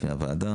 בפני הוועדה